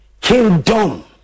Kingdom